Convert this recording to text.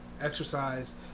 exercise